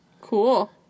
Cool